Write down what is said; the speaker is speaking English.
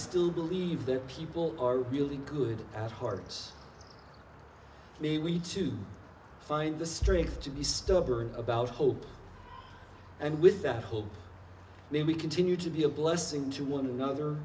still believe there people are really good at hearts maybe we need to find the strength to be stubborn about hope and with that hole then we continue to be a blessing to one another